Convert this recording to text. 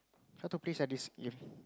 try to please like this if